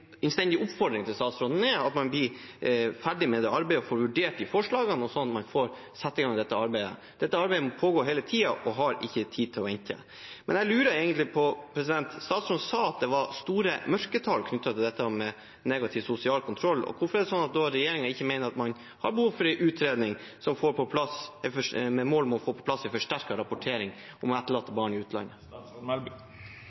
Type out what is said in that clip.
oppfordring til statsråden er at man blir ferdig med det arbeidet, og at man får vurdert de forslagene, så man får satt i gang arbeidet. Dette arbeidet må pågå hele tiden og har ikke tid til å vente. Statsråden sa at det var store mørketall knyttet til dette med negativ sosial kontroll. Hvorfor mener da regjeringen at vi ikke har behov for en utredning med mål om å få på plass en forsterket rapportering om etterlatte barn i utlandet? Nå var det flere spørsmål i dette innlegget. Jeg kan i hvert fall starte med å